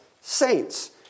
saints